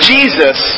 Jesus